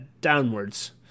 downwards